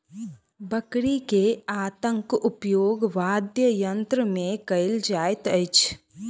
बकरी के आंतक उपयोग वाद्ययंत्र मे कयल जाइत अछि